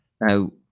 Now